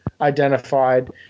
identified